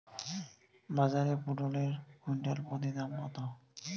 বাজারে পটল এর কুইন্টাল প্রতি দাম কত?